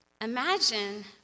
imagine